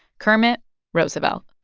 kermit roosevelt